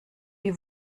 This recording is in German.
die